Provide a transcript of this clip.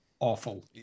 awful